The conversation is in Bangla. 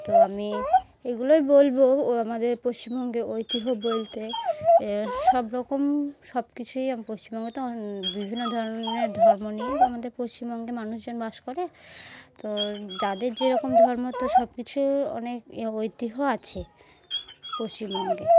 তো আমি এগুলোই বলব আমাদের পশ্চিমবঙ্গে ঐতিহ্য বলতে সব রকম সব কিছুই পশ্চিমবঙ্গে তো বিভিন্ন ধরনের ধর্ম নিয়ে আমাদের পশ্চিমবঙ্গে মানুষজন বাস করে তো যাদের যেরকম ধর্ম তো সব কিছু অনেক ঐতিহ্য আছে পশ্চিমবঙ্গে